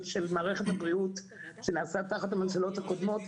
מערכת הבריאות שנעשה תחת ממשלות קודמות,